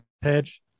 page